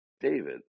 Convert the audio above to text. David